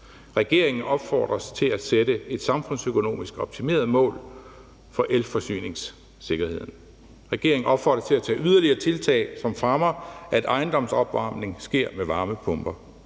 Regeringen opfordres til at sætte et samfundsøkonomisk optimeret mål for elforsyningssikkerheden. Regeringen opfordres til at tage yderligere tiltag, som fremmer, at ejendomsopvarmning sker med varmepumper.